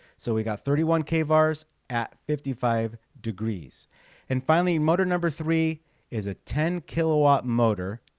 so we got thirty one k vars at fifty five degrees and finally motor number three is a ten kilowatt motor